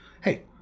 hey